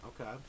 Okay